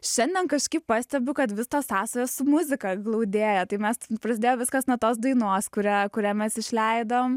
šiandien kažkaip pastebiu kad visos sąsajos su muzika glaudėja tai mes prasidėjo viskas nuo tos dainos kurią kurią mes išleidom